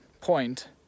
point